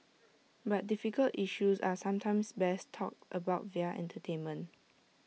but difficult issues are sometimes best talked about via entertainment